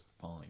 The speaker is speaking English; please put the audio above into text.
fine